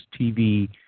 TV